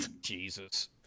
Jesus